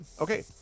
Okay